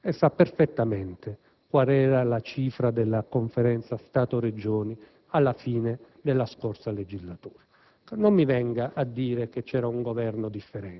ma soprattutto conosce molto bene la politica e sa perfettamente quale era la cifra politica della Conferenza Stato-Regioni alla fine della scora legislatura.